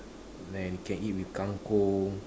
and you can eat with kangkong